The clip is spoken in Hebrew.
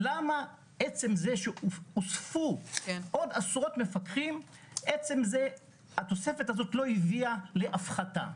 למה עצם זה שהוספו עוד עשרות מפקחים עצם התוספת הזו לא הביאה להפחתה?